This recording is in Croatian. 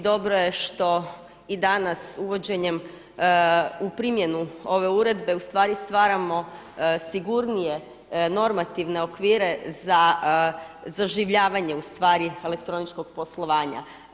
I dobro je što i danas uvođenjem u primjenu ove uredbe u stvari stvaramo sigurnije normativne okvire za zaživljavanje u stvari elektroničkog poslovanja.